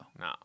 No